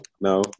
No